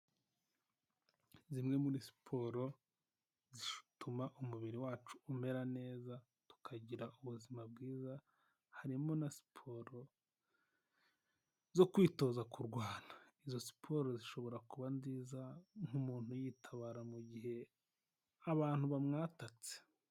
Zimwe muri siporo zituma umubiri wacu umera neza, tukagira ubuzima bwiza harimo na siporo zo kwitoza kurwana. Izo siporo zishobora kuba nziza nk'umuntu yitabara mu gihe abantu bamwatatse.